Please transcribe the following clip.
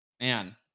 Man